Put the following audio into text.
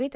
V